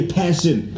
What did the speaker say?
passion